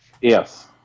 Yes